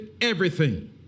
everything